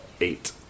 Eight